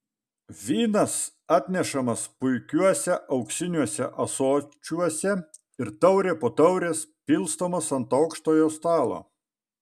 vynas atnešamas puikiuose auksiniuose ąsočiuose ir taurė po taurės pilstomas ant aukštojo stalo